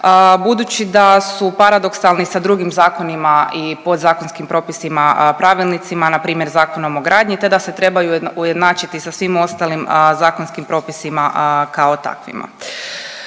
budući da su paradoksalni sa drugim zakonima i podzakonskim propisima, pravilnicima npr. Zakonom o gradnji te da se trebaju ujednačiti sa svim ostalim zakonskim propisima kao takvima.